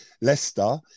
Leicester